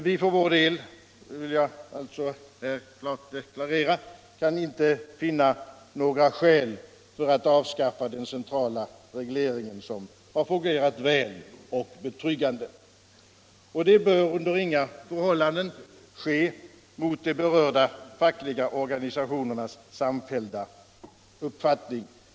Vi moderater — det vill jag här också klart deklarera — kan för vår del inte finna några skäl för att avskaffa den centrala reglering som har fungerat väl och betryggande. Och den bör under inga förhållanden avskaffas mot de berörda fackliga organisationernas samfällda mening.